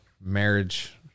marriage